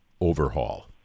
overhaul